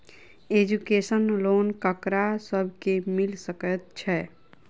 Education loan ककरा सब केँ मिल सकैत छै?